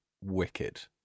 wicked